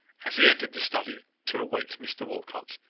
as he entered the study, to await mr walcot,